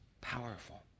powerful